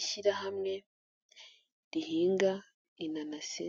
Ishyirahamwe rihinga inanasi